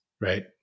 right